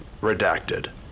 redacted